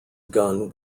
gun